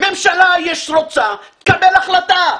ממשלה רוצה תקבל החלטה.